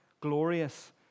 glorious